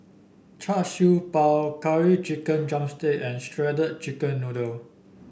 Char Siew Bao Curry Chicken drumstick and shredded chicken noodle